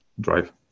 drive